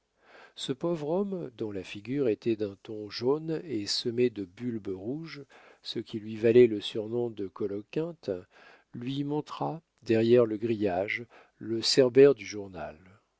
ce pauvre homme dont la figure était d'un ton jaune et semée de bulbes rouges ce qui lui valait le surnom de coloquinte lui montra derrière le grillage le cerbère du journal